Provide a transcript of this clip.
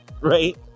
Right